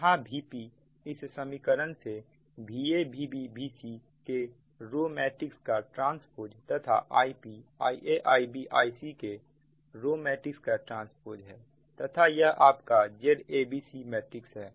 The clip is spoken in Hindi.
जहां Vpइस समीकरण से Va Vb VcTतथा IpIa Ib IcTतथा यह आपका Zabc मैट्रिक्स है